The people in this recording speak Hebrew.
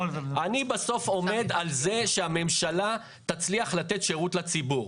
אני בסוף עומד על זה שהממשלה תצליח לתת שירות לציבור.